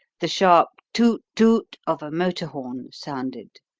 the sharp toot-toot! of a motor horn sounded.